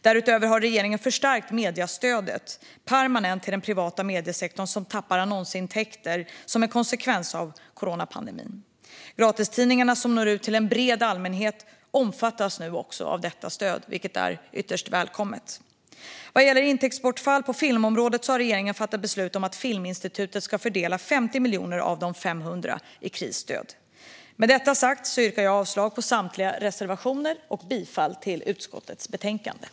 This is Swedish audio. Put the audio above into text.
Därutöver har regeringen förstärkt mediestödet permanent till den privata mediesektorn, som tappar annonsintäkter som en konsekvens av coronapandemin. Gratistidningarna, som når ut till en bred allmänhet, omfattas nu också av detta stöd, vilket är ytterst välkommet. Vad gäller intäktsbortfall på filmområdet har regeringen fattat beslut om att Filminstitutet ska fördela 50 miljoner kronor av de 500 i krisstöd. Med detta sagt yrkar jag avslag på samtliga reservationer och bifall till utskottets förslag.